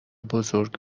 بزرگ